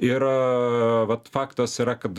ir vat faktas yra kad